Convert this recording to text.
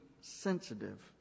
sensitive